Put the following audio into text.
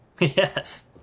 Yes